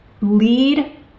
lead